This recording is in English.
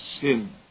sin